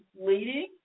leading